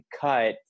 cut